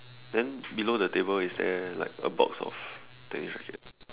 then below the table is there like a box of tennis rackets